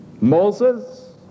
Moses